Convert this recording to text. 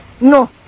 no